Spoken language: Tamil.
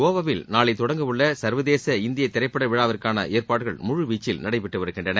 கோவாவில் நாளை தொடங்க உள்ள சர்வதேச இந்திய திரைப்பட விழாவிற்கான ஏற்பாடுகள் முழுவீச்சில் நடைபெற்று வருகின்றன